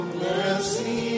mercy